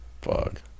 fuck